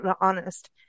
honest